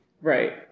Right